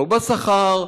לא בשכר.